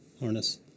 harness